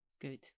Good